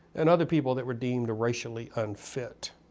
and other people that were deemed racially unfit.